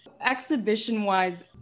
Exhibition-wise